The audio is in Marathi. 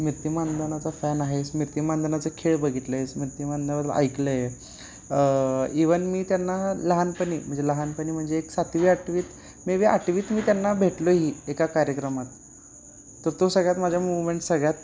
स्मृती मानधनाचा फॅन आहे स्मृती मानधनाचं खेळ बघितलं आहे स्मृती मानधना ऐकलं आहे इवन मी त्यांना लहानपणी म्हणजे लहानपणी म्हणजे एक सातवी आठवीत मे बी आठवीत मी त्यांना भेटलोही एका कार्यक्रमात तर तो सगळ्यात माझ्या मुवमेंट सगळ्यात